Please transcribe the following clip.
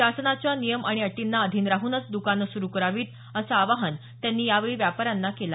शासनाच्या नियम आणि अटींना अधीन राहूनच दुकाने सुरु करावीत असं आवाहन त्यांनी यावेळी व्यापाऱ्यांना केलं